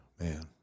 Man